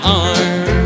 arm